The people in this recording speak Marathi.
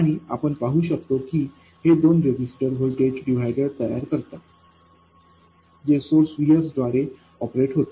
आणि आपण पाहू शकतो की हे दोन रेझिस्टर व्होल्टेज डिव्हायडर तयार करतात जे सोर्स VS द्वारे ऑपरेट होते